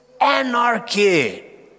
anarchy